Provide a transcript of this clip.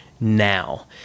now